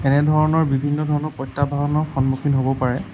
এনে ধৰণৰ বিভিন্ন ধৰণৰ প্ৰত্যাহ্বানৰ সন্মুখীন হ'ব পাৰে